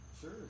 Sure